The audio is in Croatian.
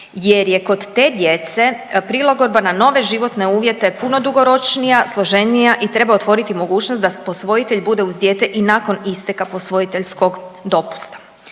jer je kod te djece prilagodba na nove životne uvjete puno dugoročnija, složenija i treba otvoriti mogućnost da posvojitelj bude uz dijete i nakon isteka posvojiteljskog dopusta.